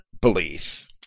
belief